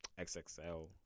XXL